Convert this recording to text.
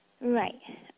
Right